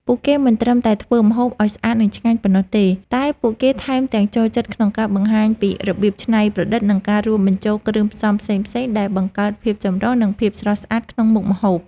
ពួកគេមិនត្រឹមតែធ្វើម្ហូបឲ្យស្អាតនិងឆ្ងាញ់ប៉ុណ្ណោះទេ តែពួកគេថែមទាំងចូលចិត្តក្នុងការបង្ហាញពីរបៀបច្នៃប្រឌិត និងការរួមបញ្ចូលគ្រឿងផ្សំផ្សេងៗដែលបង្កើតភាពចម្រុះ និងភាពស្រស់ស្អាតក្នុងមុខម្ហូប។